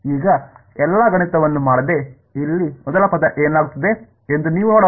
ಈಗ ಎಲ್ಲಾ ಗಣಿತವನ್ನು ಮಾಡದೆ ಇಲ್ಲಿ ಮೊದಲ ಪದ ಏನಾಗುತ್ತದೆ ಎಂದು ನೀವು ನೋಡಬಹುದು